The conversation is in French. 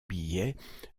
billets